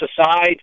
aside